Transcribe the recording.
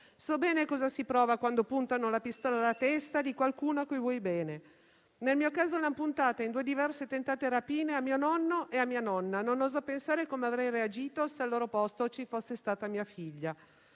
so bene cosa si prova quando puntano la pistola alla testa di qualcuno a cui vuoi bene. Nel mio caso le hanno puntate, in due diverse tentate rapine, a mio nonno e mia nonna. Non oso pensare come avrei reagito se a loro posto ci fosse stata mia figlia.